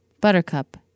Buttercup